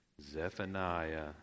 Zephaniah